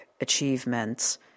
achievements